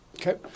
Okay